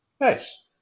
Nice